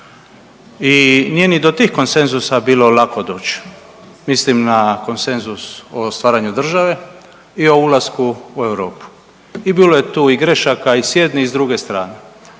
I nije ni do tih konsenzusa bilo lako doći. Mislim na konsenzus o stvaranju države i o ulasku u Europu. I bilo je tu i grešaka i s jedne i s druge strane.